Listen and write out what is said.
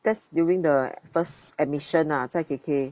that's during the first admission ah 在 K_K